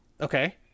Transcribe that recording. Okay